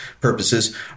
purposes